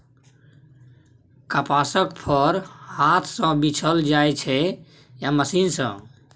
कपासक फर हाथ सँ बीछल जाइ छै या मशीन सँ